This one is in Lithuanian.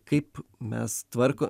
kaip mes tvarko